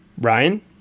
Ryan